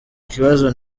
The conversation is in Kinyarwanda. kibazo